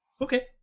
Okay